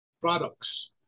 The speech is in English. products